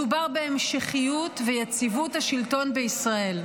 מדובר בהמשכיות ויציבות השלטון בישראל.